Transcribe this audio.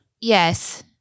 Yes